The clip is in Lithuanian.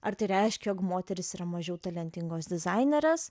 ar tai reiškia jog moterys yra mažiau talentingos dizainerės